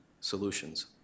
solutions